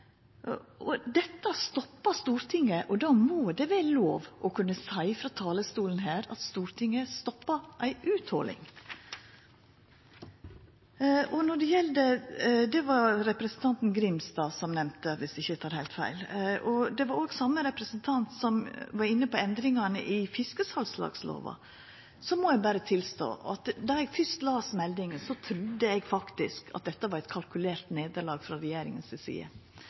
og tare. Dette stoppar Stortinget, og då må det vera lov å seia frå talarstolen her at Stortinget stoppar ei utholing. Dette var det representanten Grimstad som nemnde, viss eg ikkje tek heilt feil. Det var den same representanten som var inne på endringane i fiskesalslagslova. Eg må berre tilstå at då eg først las meldinga, trudde eg faktisk at dette var eit kalkulert nederlag frå regjeringa si side,